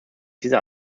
dieser